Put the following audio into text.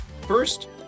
First